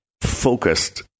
focused